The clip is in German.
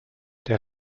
der